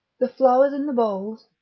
the flowers in the bowls,